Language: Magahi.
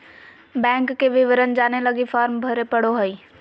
बैंक के विवरण जाने लगी फॉर्म भरे पड़ो हइ